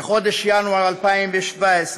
בחודש ינואר 2017,